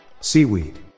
Seaweed